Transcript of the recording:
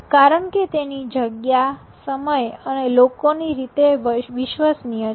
કારણકે તેની જગ્યા સમય અને લોકો ની રીતે વિશ્વસનીય છે